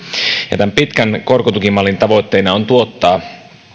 ja tämän pitkän korkotukimallin tavoitteena on tuottaa